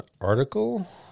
Article